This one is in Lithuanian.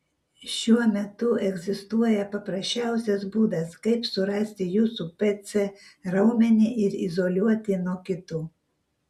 šiuo metu egzistuoja paprasčiausias būdas kaip surasti jūsų pc raumenį ir izoliuoti nuo kitų